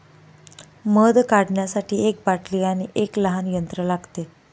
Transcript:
मध काढण्यासाठी एक बाटली आणि एक लहान यंत्र लागते